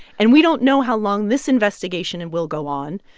and we don't know how long this investigation and will go on.